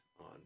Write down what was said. on